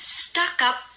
stuck-up